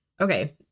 okay